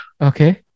Okay